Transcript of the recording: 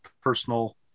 personal